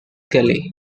kelly